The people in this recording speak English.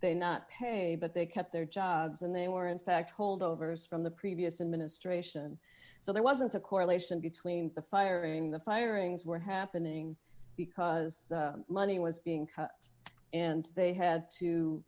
they not pay but they kept their jobs and they were in fact holdovers from the previous administration so there wasn't a correlation between the firing the firings were happening because money was being cut and they had to